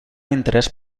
interès